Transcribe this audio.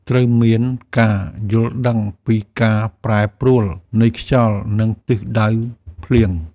ត្រូវមានការយល់ដឹងពីការប្រែប្រួលនៃខ្យល់ និងទិសដៅភ្លៀង។